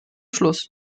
schluss